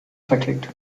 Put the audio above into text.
verklickt